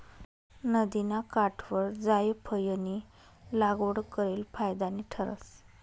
नदिना काठवर जायफयनी लागवड करेल फायदानी ठरस